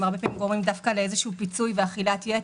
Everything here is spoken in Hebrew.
הם הרבה פעמים גורמים דווקא לאיזה פיצוי ואכילת-יתר.